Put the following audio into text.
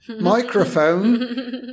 microphone